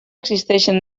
existeixen